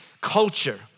culture